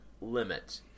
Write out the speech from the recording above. limit